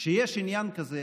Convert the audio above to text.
שיש עניין כזה